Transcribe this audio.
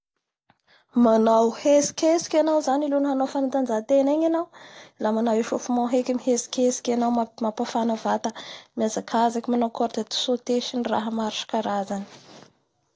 Manao hetsiketsiky aoa zany anao alohan'ny hanao fantanja tena igny anao a manao échauffement heky mihetsiketsiky anao mapafana vata, miazakzakay manao corde a sauter sy ny raha maro isakarazany.